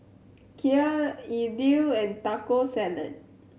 Kheer Idili and Taco Salad